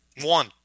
One